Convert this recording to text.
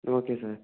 okay sir